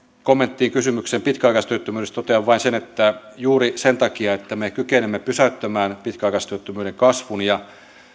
kommenttiin kysymykseen pitkäaikaistyöttömyydestä totean vain sen että juuri sen takia että me kykenemme pysäyttämään pitkäaikaistyöttömyyden kasvun ja